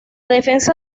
defensa